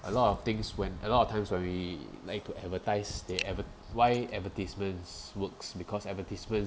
a lot of things when a lot of times when we like to advertise they adver~ why advertisements works because advertisement